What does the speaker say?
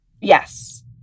Yes